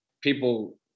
people